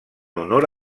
honor